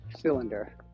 cylinder